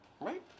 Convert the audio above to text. Right